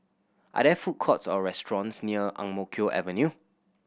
are there food courts or restaurants near Ang Mo Kio Avenue